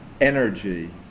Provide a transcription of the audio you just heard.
energy